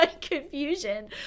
confusion